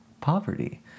poverty